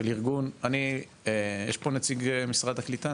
של ארגון, יש פה נציג של משרד הקליטה?